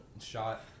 shot